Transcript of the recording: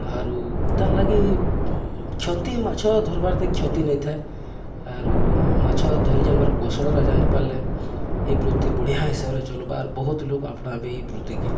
ଆରୁ ତାର୍ ଲାଗି କ୍ଷତି ମାଛ ଧରବାର୍ ତେ କ୍ଷତି ନେଇଥାଏ ଆରୁ ମାଛ ଧରି ଜାଣିବାର କୌଶଳରେ ଜାଣିପାରିଲେ ଏ ବୃତ୍ତି ବଢ଼ିଆ ହିସାବରେ ଚଲବା ବହୁତ ଲୋକ ଆପଣାଇବେ ଏଇ ବୃତ୍ତିକି